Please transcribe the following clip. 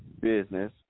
business